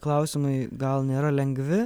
klausimai gal nėra lengvi